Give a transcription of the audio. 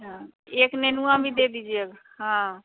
हाँ एक नेनुआ भी दे दीजिए हाँ